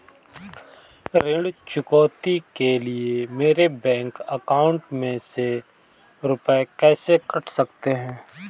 ऋण चुकौती के लिए मेरे बैंक अकाउंट में से रुपए कैसे कट सकते हैं?